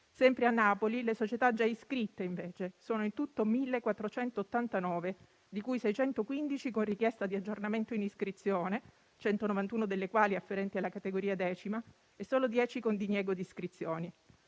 Sempre a Napoli le società già iscritte, invece, sono in tutto 1.489, di cui 615 con richiesta di aggiornamento in iscrizione, 191 delle quali afferenti alla categoria X e solo 10 con diniego di iscrizione.